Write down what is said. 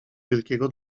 wielkiego